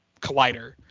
collider